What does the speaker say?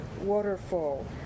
waterfall